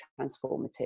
transformative